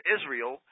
Israel